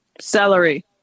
Celery